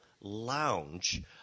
lounge